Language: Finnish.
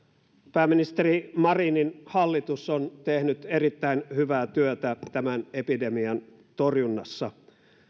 pääministeri marinin hallitus on tehnyt erittäin hyvää työtä tämän epidemian torjunnassa